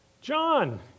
John